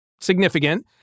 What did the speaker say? significant